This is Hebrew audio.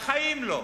בחיים לא.